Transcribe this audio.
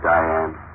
Diane